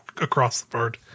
across-the-board